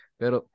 pero